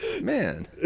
Man